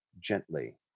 gently